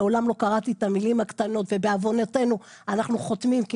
מעולם לא קראתי את המילים הקטנות ובעוונותינו אנחנו חותמים כי